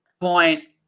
point